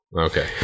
Okay